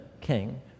king